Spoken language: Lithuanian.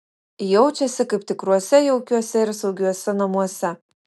jaučiasi kaip tikruose jaukiuose ir saugiuose namuose